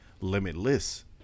limitless